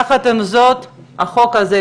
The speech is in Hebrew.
יחד עם זאת החוק הזה,